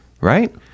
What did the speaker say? right